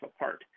apart